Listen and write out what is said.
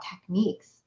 techniques